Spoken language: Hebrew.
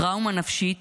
טראומה נפשית,